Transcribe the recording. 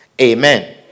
amen